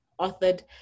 authored